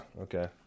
okay